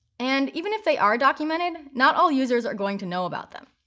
and even if they are documented, not all users are going to know about them.